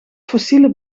fossiele